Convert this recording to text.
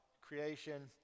creation